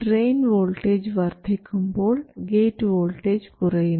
drain voltage വർദ്ധിക്കുമ്പോൾ gate voltage കുറയുന്നു